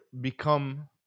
become